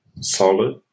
solid